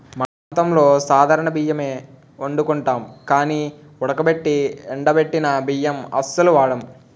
మన ప్రాంతంలో సాధారణ బియ్యమే ఒండుకుంటాం గానీ ఉడకబెట్టి ఎండబెట్టిన బియ్యం అస్సలు వాడం